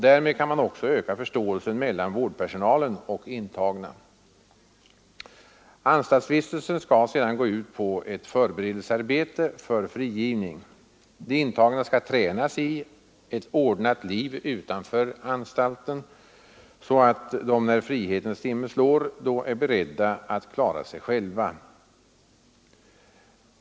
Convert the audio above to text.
Därmed kan man också öka förståelsen mellan vårdpersonalen och de intagna. Anstaltsvistelsen skall sedan gå ut på ett förberedelsearbete för frigivning. De intagna skall tränas i ett ordnat liv utanför anstalten, så att de när frihetens timme slår är beredda att klara sig själva.